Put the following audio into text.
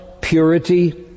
purity